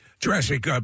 Jurassic